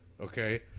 okay